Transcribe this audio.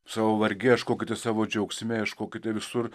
savo varge ieškokite savo džiaugsme ieškokite visur